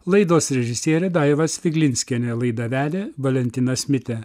laidos režisierė daiva sviglinskienė laidą vedė valentinas mitė